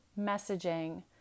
messaging